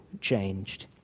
changed